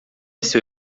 seu